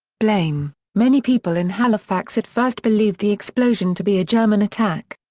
blame many people in halifax at first believed the explosion to be a german attack.